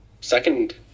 second